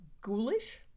ghoulish